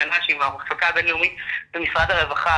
רננה שהיא מהמחלקה הבין-לאומית במשרד הרווחה,